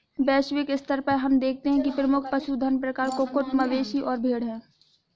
वैश्विक स्तर पर हम देखते हैं कि प्रमुख पशुधन प्रकार कुक्कुट, मवेशी और भेड़ हैं